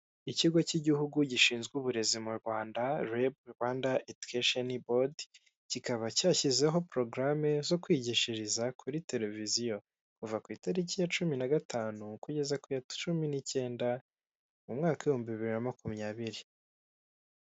Ikigo cy'Igihugu gishinzwe Uburezi mu Rwanda REB, Rwanda Education Board kikaba cyashyizeho porogarame zo kwigishiriza kuri televiziyo kuva ku itariki ya cumi na gatanu kugeza ku ya cumi n'icyenda mu mwaka w'ibihumbi bibiri na makumyabiri.